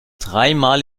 dreimal